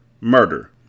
Murder